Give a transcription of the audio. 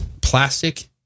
plastic